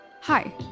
Hi